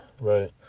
Right